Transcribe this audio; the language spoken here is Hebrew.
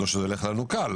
לא שזה הולך לנו קל,